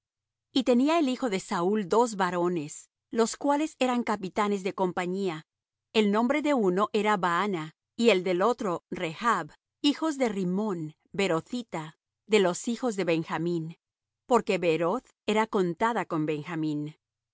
y tenía el hijo de saúl dos varones los cuales eran capitanes de compañía el nombre de uno era baana y el del otro rechb hijos de rimmón beerothita de los hijos de benjamín porque beeroth era contada con benjamín